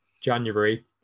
January